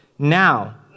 Now